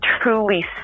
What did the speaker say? truly